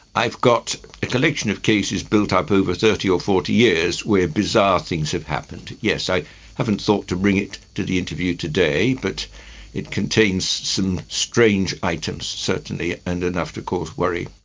i've got a collection of cases built up over thirty or forty years where bizarre things have happened. yes, i haven't thought to bring it to the interview today, but it contains some strange items, certainly, and enough to cause worry.